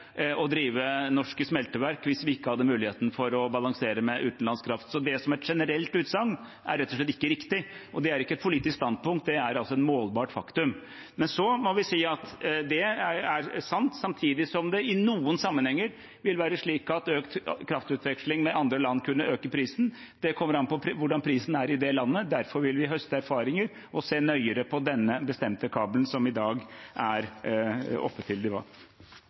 å drive norske smelteverk hvis vi ikke hadde muligheten for å balansere med utenlandsk kraft. Så som et generelt utsagn er det rett og slett ikke riktig. Og det er ikke et politisk standpunkt – det er et målbart faktum. Men så må vi si at det er sant, samtidig som det i noen sammenhenger vil være slik at økt kraftutveksling med andre land kan øke prisen. Det kommer an på hvordan prisen er i det landet. Derfor vil vi høste erfaringer og se nøyere på den bestemte kabelen som i dag er oppe til